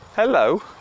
Hello